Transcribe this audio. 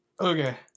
Okay